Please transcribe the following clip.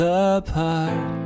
apart